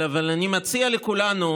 אבל אני מציע לכולנו